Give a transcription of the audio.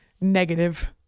Negative